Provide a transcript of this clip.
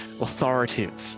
authoritative